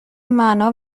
معنا